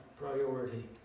priority